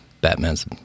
Batman's